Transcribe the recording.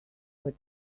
put